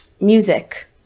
music